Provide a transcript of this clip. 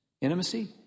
Intimacy